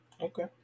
Okay